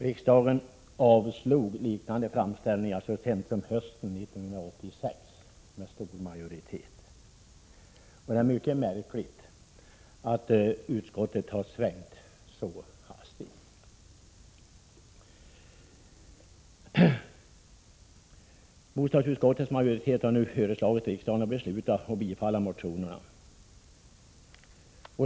Riksdagen avslog med stor majoritet liknande framställningar så sent som hösten 1986. Det är mycket märkligt att utskottet nu har svängt så hastigt. Bostadsutskottets majoritet har nu föreslagit riksdagen att bifalla motionerna.